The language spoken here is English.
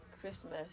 Christmas